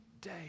day